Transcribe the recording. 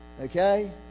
Okay